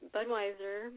Budweiser